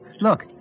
Look